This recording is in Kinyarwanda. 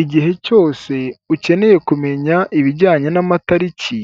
Igihe cyose ukeneye kumenya ibijyanye n'amataliki